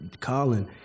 Colin